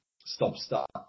stop-start